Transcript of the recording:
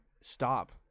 stop